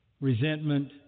Resentment